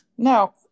No